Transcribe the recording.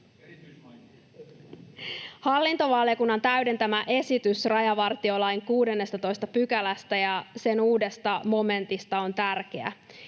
Hallintovaliokunnan täydentämä esitys rajavartiolain 16 §:stä ja sen uudesta momentista on tärkeä.